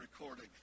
recording